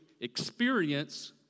experience